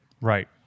Right